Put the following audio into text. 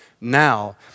now